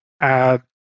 add